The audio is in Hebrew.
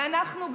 ואנחנו,